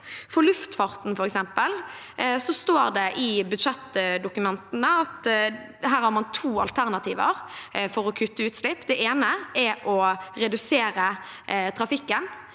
For luftfarten f.eks. står det i budsjettdokumentene at man har to alternativer for å kutte utslipp. Det ene er å redusere trafikken.